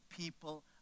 people